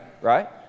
right